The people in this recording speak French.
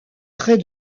près